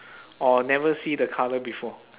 or never see the colour before